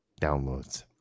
downloads